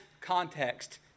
context